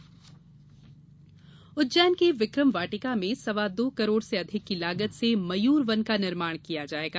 मयूर वन उज्जैन के विक्रम वाटिका में सवा दो करोड़ से अधिक की लागत से मयूर वन का निर्माण किया जाएगा